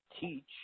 teach